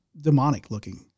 demonic-looking